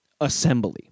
assembly